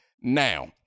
Now